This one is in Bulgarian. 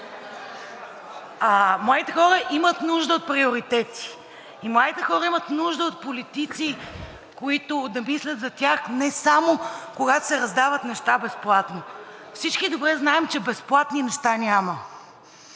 Младите хора имат нужда от приоритети и младите хора имат нужда от политици, които да мислят за тях не само когато се раздават неща безплатно. Всички добре знаем, че безплатни неща няма.